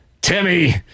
Timmy